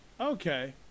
Okay